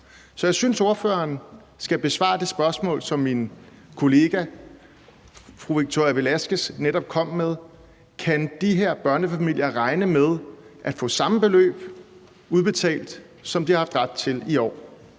Så jeg synes, at ordføreren skal besvare det spørgsmål, som min kollega fru Victoria Velasquez netop kom med: Kan de her børnefamilier regne med at få samme beløb udbetalt, som de har haft ret til i år?